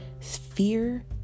fear